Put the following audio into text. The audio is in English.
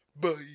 Bye